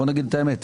בוא נגיד את האמת,